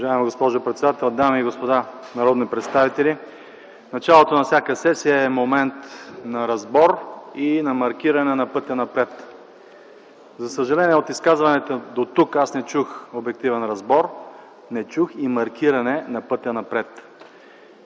Уважаема госпожо председател, дами и господа народни представители! Началото на всяка сесия е момент на разбор и на маркиране на пътя напред. За съжаление, от изказванията дотук аз не чух обективен разбор, не чух и маркиране на пътя напред.